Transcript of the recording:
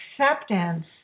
acceptance